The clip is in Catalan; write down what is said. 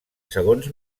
segons